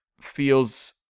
feels